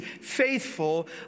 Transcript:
faithful